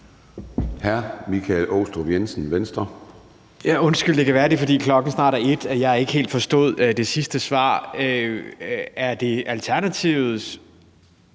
00:58 Michael Aastrup Jensen (V): Undskyld, det kan være, det er, fordi klokken snart er 1:00, at jeg ikke helt forstod det sidste svar. Er det Alternativets